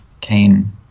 Cain